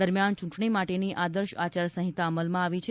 દરમ્યાન ચૂંટણી માટેની આદર્શ આચાર સંહિતા અમલમાં આવી છે